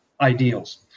ideals